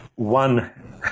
One